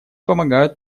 помогают